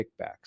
kickbacks